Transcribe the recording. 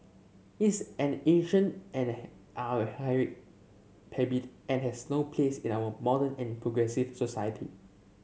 is an ancient and archaic habit and has no place in our modern and progressive society